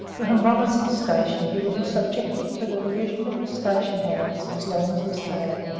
but on robinson's station he would be subjected to the derision of the station hands as long as he stayed.